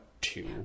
two